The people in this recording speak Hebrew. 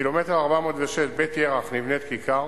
בקילומטר 406, בית-ירח, נבנית כיכר.